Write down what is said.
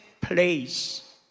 place